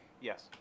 Yes